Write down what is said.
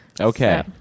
Okay